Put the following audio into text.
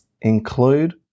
include